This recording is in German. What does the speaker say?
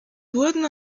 wurden